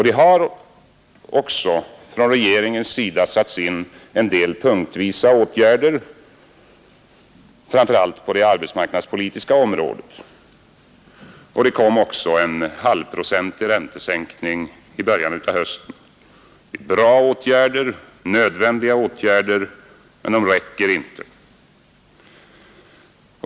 Det har också från regeringens sida satts in en del punktvisa åtgärder, framför allt på det arbetsmarknadspolitiska området. Det kom också en halvprocentig räntesänkning i början av hösten. Det är bra åtgärder. Det är nödvändiga åtgärder. Men de räcker inte.